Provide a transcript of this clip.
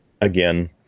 again